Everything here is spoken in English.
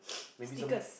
maybe some